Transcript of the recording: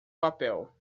papel